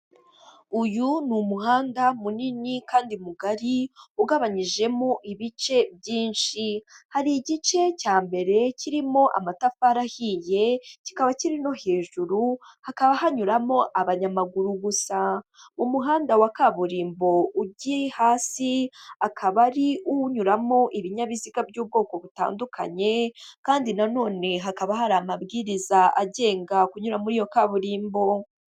Uyu ni umuhanda munini kandi mugari ugabanyijemo ibice byinshi, hari igice cya mbere kirimo amatafari ahiye kikaba kiri no hejuru, hakaba hanyuramo abanyamaguru gusa, umuhanda wa kaburimbo ujyi hasi akaba ari uwunyuramo ibinyabiziga by'ubwoko butandukanye kandi nano hakaba hari amabwiriza agenga kunyura muri iyo kaburimbo.